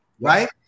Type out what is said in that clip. Right